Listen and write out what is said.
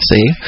See